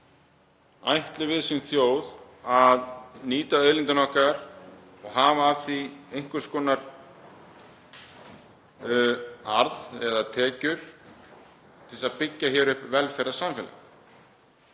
Ætlum við sem þjóð að nýta auðlindina okkar og hafa af því einhvers konar arð eða tekjur til að byggja hér upp velferðarsamfélag?